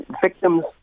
victims